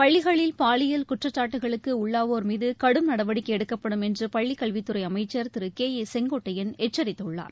பள்ளிகளில் பாலியல் குற்றச்சாட்டுக்களுக்குஉள்ளாவோர் மீதுகடும் நடவடிக்கைஎடுக்கப்படும் என்றுபள்ளிக் கல்வித் துறைஅமைச்சர் திருகே ஏ செங்கோட்டையன் எச்சரித்துள்ளார்